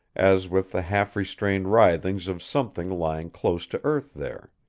as with the half-restrained writhings of something lying close to earth there.